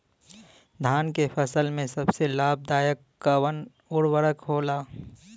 धान के फसल में सबसे लाभ दायक कवन उर्वरक होला?